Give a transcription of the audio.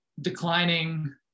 declining